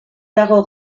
dago